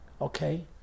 Okay